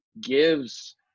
gives